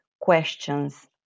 questions